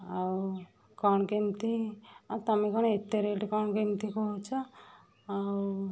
ଆଉ କ'ଣ କେମତି ଆଉ ତମେ କ'ଣ ଏତେ ରେଟ କ'ଣ କେମତି କହୁଛି ଆଉ